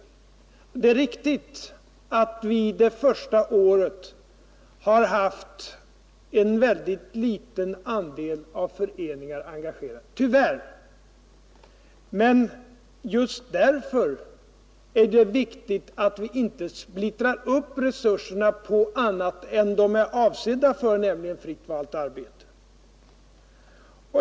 Det är riktigt att vi det första året tyvärr har haft en mycket liten andel av föreningar engagerade. Men just därför är det viktigt att vi inte splittrar upp resurserna på annat än vad de är avsedda för, nämligen fritt valt arbete.